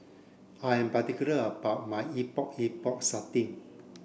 I am particular about my Epok Epok Sardin